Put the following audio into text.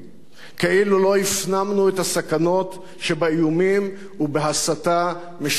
כאילו לא הפנמנו את הסכנות שבאיומים ובהסתה משולחת הרסן.